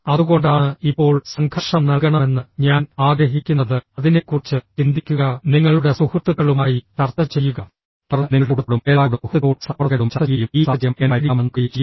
അതുകൊണ്ടാണ് ഇപ്പോൾ സംഘർഷം നൽകണമെന്ന് ഞാൻ ആഗ്രഹിക്കുന്നത് അതിനെക്കുറിച്ച് ചിന്തിക്കുക നിങ്ങളുടെ സുഹൃത്തുക്കളുമായി ചർച്ച ചെയ്യുക തുടർന്ന് നിങ്ങളുടെ കുടുംബത്തോടും അയൽക്കാരോടും സുഹൃത്തുക്കളോടും സഹപ്രവർത്തകരോടും ചർച്ച ചെയ്യുകയും ഈ സാഹചര്യം എങ്ങനെ പരിഹരിക്കാമെന്ന് നോക്കുകയും ചെയ്യുക